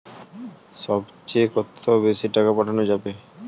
সব চেয়ে কত বেশি টাকা পাঠানো যাবে?